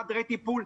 חדרי טיפול.